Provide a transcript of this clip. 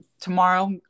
tomorrow